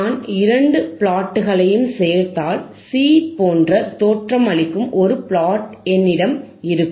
நான் இரண்டு பிளாட்களையும் சேர்ந்தால் C போன்று தோற்றமளிக்கும் ஒரு பிளாட் என்னிடம் இருக்கும்